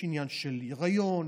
יש עניין של היריון,